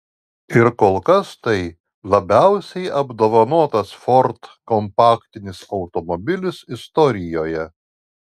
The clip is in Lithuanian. ir kol kas tai labiausiai apdovanotas ford kompaktinis automobilis istorijoje